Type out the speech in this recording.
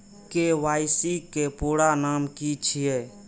KYC के पूरा नाम की छिय?